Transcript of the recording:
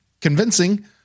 convincing